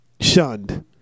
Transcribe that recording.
shunned